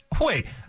Wait